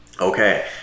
Okay